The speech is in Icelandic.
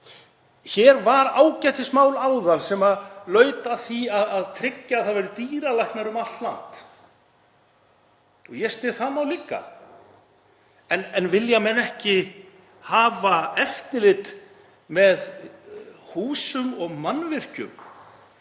Hér var ágætismál áðan sem laut að því að tryggja veru dýralækna um allt land. Ég styð það mál líka, en vilja menn ekki hafa eftirlit með húsum og mannvirkjum